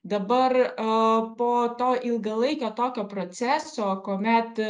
dabar e po to ilgalaikio tokio proceso kuomet